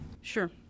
sure